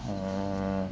orh